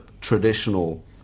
traditional